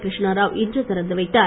கிருஷ்ணா ராவ் இன்று திறந்துவைத்தார்